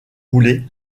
roulé